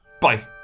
bye